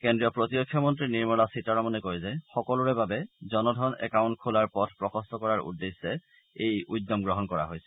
কেড্ৰীয় প্ৰতিৰক্ষা মন্ত্ৰী নিৰ্মলা সীতাৰমনে কয় যে সকলোৰে বাবে জনধন একাউণ্ট খোলাৰ পথ প্ৰশস্ত কৰাৰ উদ্দেশ্যে এই উদ্যম গ্ৰহণ কৰা হৈছে